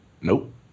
Nope